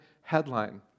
headline